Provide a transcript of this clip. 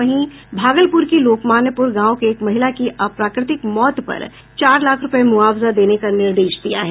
वहीं भागलपुर की लोकमान्यपुर गांव के एक महिला की अप्राकृतिक मौत पर चार लाख रूपये मुआवजा देने का निर्देश दिया है